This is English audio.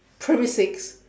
primary six